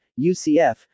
UCF